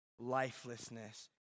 lifelessness